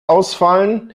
ausfallen